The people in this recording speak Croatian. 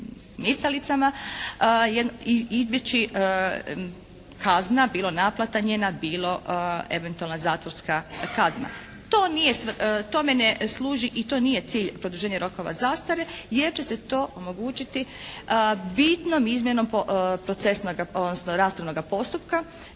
smicalicama izbjeći kazna bilo naplata njena, bilo eventualna zatvorska kazna. Tome ne služi i to nije cilj produženja rokova zastare jer će se to omogućiti bitnom izmjenom procesnoga odnosno raspravnoga postupka